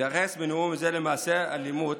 אתייחס בנאום זה למעשי אלימות